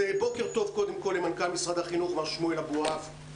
בוקר טוב למנכ"ל משרד החינוך מר שמואל אבואב.